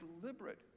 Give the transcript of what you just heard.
deliberate